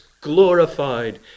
glorified